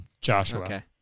Joshua